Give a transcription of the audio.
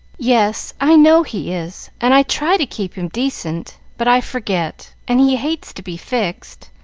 yes, i know he is, and i try to keep him decent, but i forget, and he hates to be fixed,